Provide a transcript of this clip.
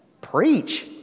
Preach